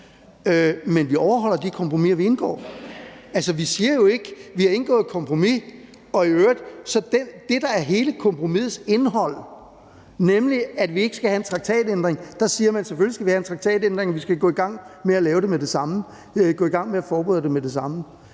men vi overholder de kompromiser, vi indgår. Vi siger jo ikke: Vi har indgået et kompromis, og i øvrigt siger man om det, der er hele kompromisets indhold, nemlig at vi ikke skal have en traktatændring, at selvfølgelig skal man have en traktatændring; vi skal gå i gang med at forberede det med det samme. For det tror jeg ikke var en